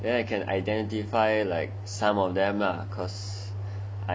then I can identify like some of them lah